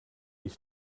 ich